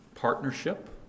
partnership